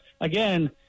again